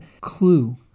clue